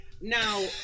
Now